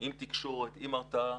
עם תקשורת, עם הרתעה.